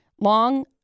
long